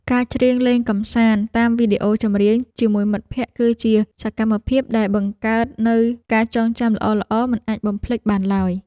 ការច្រៀងលេងកម្សាន្តតាមវីដេអូចម្រៀងជាមួយមិត្តភក្តិគឺជាសកម្មភាពដែលបង្កើតនូវការចងចាំល្អៗមិនអាចបំភ្លេចបានឡើយ។